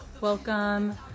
Welcome